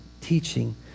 teaching